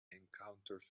encounters